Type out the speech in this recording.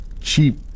cheap